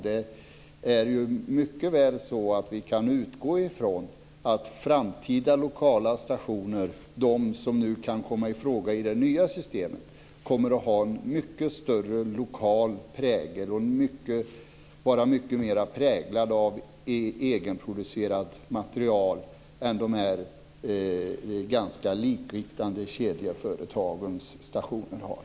Det kan mycket väl vara så att vi kan utgå från att framtida lokala stationer, de som nu kan komma i fråga i det nya systemet, kommer att ha mycket större lokal prägel och vara mycket mer präglade av egenproducerat material än de här ganska likriktande kedjeföretagens stationer.